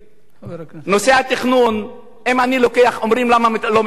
נושא התכנון, שואלים למה לא מתכננים.